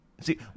See